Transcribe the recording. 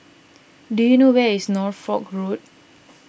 do you know where is Norfolk Road